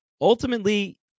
ultimately